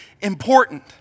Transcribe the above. important